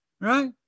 right